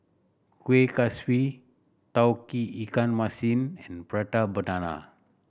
Kueh Kaswi Tauge Ikan Masin and Prata Banana